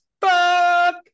fuck